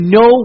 no